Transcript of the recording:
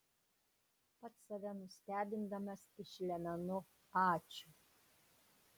pats save nustebindamas išlemenu ačiū